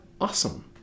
Awesome